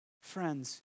Friends